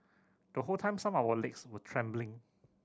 the whole time some of our legs were trembling